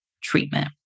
treatment